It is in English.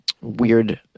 weird